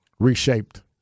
reshaped